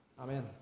Amen